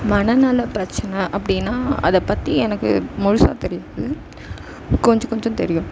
மனநல பிரச்சனை அப்படின்னா அதைப்பத்தி எனக்கு முழுசாக தெரியாது கொஞ்சம் கொஞ்சம் தெரியும்